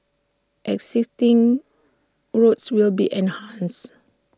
existing routes will be enhanced